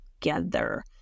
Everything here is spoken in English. together